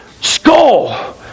skull